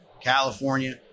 California